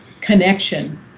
connection